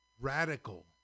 radical